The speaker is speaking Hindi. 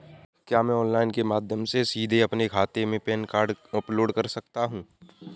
क्या मैं ऑनलाइन के माध्यम से सीधे अपने खाते में पैन कार्ड अपलोड कर सकता हूँ?